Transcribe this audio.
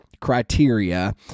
criteria